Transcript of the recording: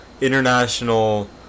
international